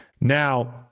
Now